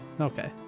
Okay